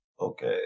okay